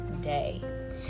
day